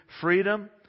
freedom